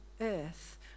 earth